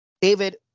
david